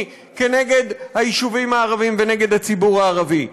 כנגד היישובים הערביים ונגד הציבור הערבי,